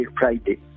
Friday